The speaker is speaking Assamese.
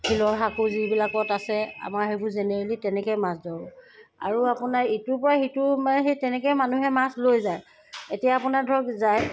শিলৰ সাঁকো যিবিলাকত আছে আমাৰ সেইবোৰ জেনেৰেলি তেনেকৈয়ে মাছ ধৰোঁ আৰু আপোনাৰ ইটোৰপৰা সিটো মানে সেই তেনেকৈয়ে মানুহে মাছ লৈ যায় এতিয়া আপোনাৰ ধৰক যায়